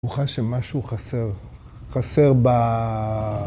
הוא חש שמשהו חסר, חסר ב...